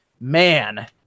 man